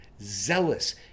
zealous